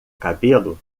cabelo